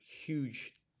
huge